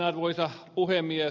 arvoisa puhemies